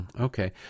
okay